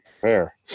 fair